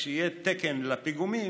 כשיהיה תקן לפיגומים,